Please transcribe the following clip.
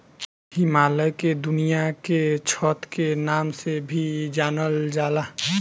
हिमालय के दुनिया के छत के नाम से भी जानल जाला